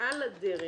ועל הדרך